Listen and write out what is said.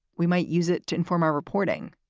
we might use it to inform our reporting.